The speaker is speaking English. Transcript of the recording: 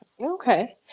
Okay